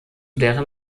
deren